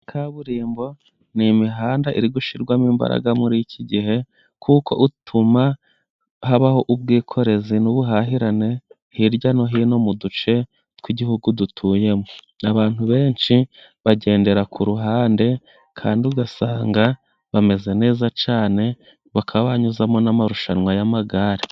Kaburimbo ni imihanda iri gushyirwamo imbaraga muri iki gihe, kuko ituma habaho ubwikorezi n'ubuhahirane hirya no hino mu duce tw'igihugu dutuyemo. Abantu benshi bagendera ku ruhande kandi ugasanga bameze neza cyane bakaba banyuzamo n'amarushanwa y'amagare.